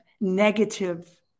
negative